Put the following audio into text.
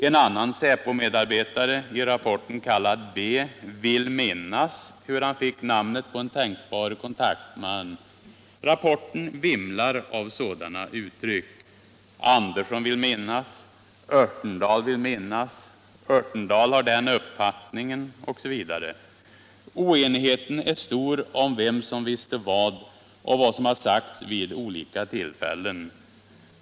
En annan Säpomedarbetare — I rapporten kallad B - ”vill minnas” hur han fick namnet på en tänkbar kontaktman. Rapporten vimlar av sådana uttryck: ”Andersson vill minnas”, ”Örtendahl vill minnas”, ”Örtendahl har den uppfattningen” osv. Oenigheten är stor om vem som visste vad och vad som sagts vid olika tillfällen.